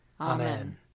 Amen